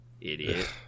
Idiot